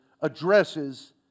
addresses